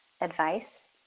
advice